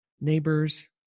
neighbors